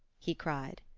he cried.